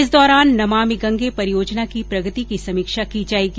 इस दौरान नमामि गंगे परियोजना की प्रगति की समीक्षा की जाएगी